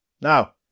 Now